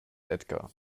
edgar